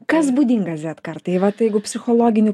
kas būdinga z kartai vat jeigu psichologinį